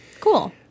cool